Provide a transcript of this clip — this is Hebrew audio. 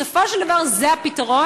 בסופו של דבר זה הפתרון,